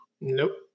Nope